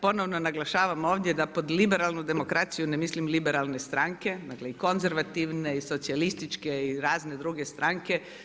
Ponovno naglašavam ovdje da po liberalnu demokraciju ne mislim liberalne stranke, dakle i konzervativne i socijalističke i razne druge stranke.